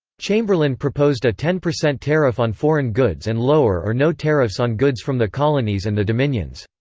chamberlain proposed a ten percent tariff on foreign goods and lower or no tariffs on goods from the colonies and the dominions.